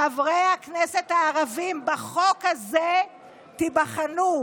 חברי הכנסת הערבים, בחוק הזה תיבחנו.